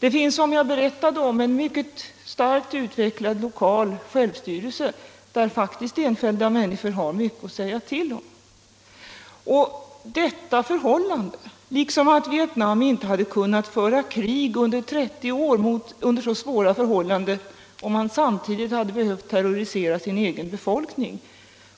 Där finns, som jag berättade, en mycket starkt utvecklad lokal självstyrelse, där enskilda människor har mycket att säga till om. Detta förhållande liksom det att Vietnam inte hade kunnat föra krig under 30 år under så svåra förhållanden om man samtidigt hade behövt terrorisera sin egen befolkning